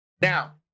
Now